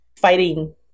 fighting